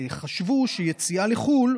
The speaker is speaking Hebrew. חשבו שיציאה לחו"ל